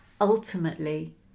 Ultimately